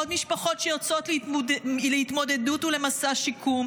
עוד משפחות שיוצאות להתמודדות ולמסע שיקום,